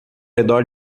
redor